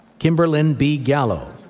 kimberlyn b. gallo,